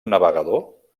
navegador